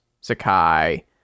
Sakai